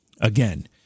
Again